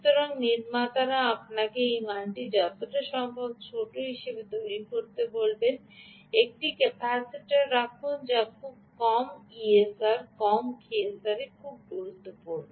সুতরাং নির্মাতারা আপনাকে এই মানটি যতটা সম্ভব ছোট হিসাবে তৈরি করতে বলবেন একটি ক্যাপাসিটার রাখুন যা খুব কম ESR কম ESR খুব গুরুত্বপূর্ণ